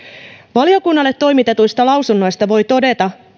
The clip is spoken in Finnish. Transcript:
valiokunnalle toimitetuista lausunnoista voi todeta